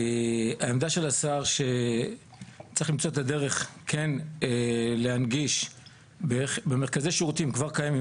העמדה של השר שצריך למצוא את הדרך כן להנגיש במרכזי שירותים כבר קיימים,